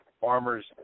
farmers